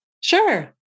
Sure